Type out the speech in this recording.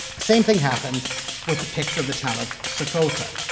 same thing happens with the picture of the town of secota,